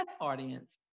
audience